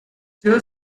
two